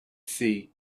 see